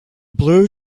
blue